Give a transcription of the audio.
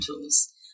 tools